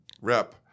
Rep